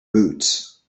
boots